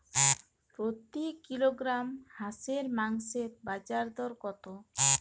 প্রতি কিলোগ্রাম হাঁসের মাংসের বাজার দর কত?